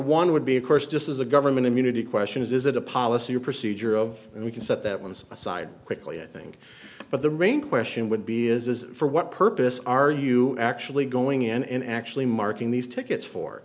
one would be of course just as a government immunity question is is it a policy or procedure of we can set that once aside quickly i think but the rain question would be is is for what purpose are you actually going in and actually marking these tickets for